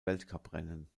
weltcuprennen